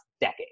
decade